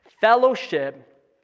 Fellowship